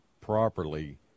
properly